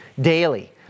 daily